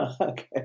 okay